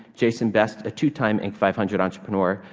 jason best, a two time inc five hundred entrepreneur,